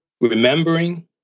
remembering